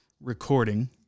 recording